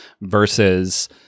versus